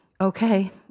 Okay